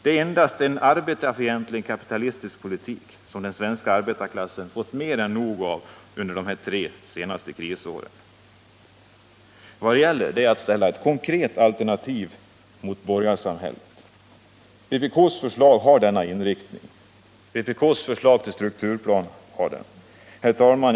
Det är endast en arbetarfientlig kapitalistisk politik som den svenska arbetarklassen har fått mer än nog av under de tre senaste krisåren. Det gäller därför att ställa ett konkret alternativ mot borgarsamhället. Vpk:s förslag har denna inriktning. Vpk:s förslag till strukturplan har den. Herr talman!